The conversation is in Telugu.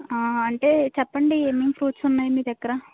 అంటే చెప్పండి ఏమేం ఫ్రూట్స్ ఉన్నాయి మీ దగ్గర